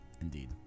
Indeed